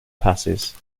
passes